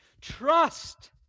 Trust